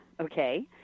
Okay